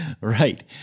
Right